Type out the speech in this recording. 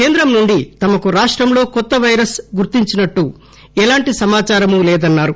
కేంద్రం నుండి తమకు రాష్టం లో కొత్త పైరస్ గుర్తించినట్లు ఎలాంటి సమాచారం లేదన్నారు